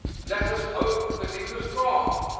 let us hope that he was wrong,